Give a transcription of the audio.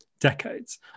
decades